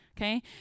okay